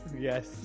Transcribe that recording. yes